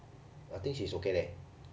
I think she's okay leh